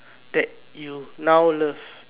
that you now love